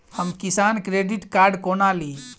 हम किसान credit card कोना ली?